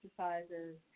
exercises